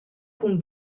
cun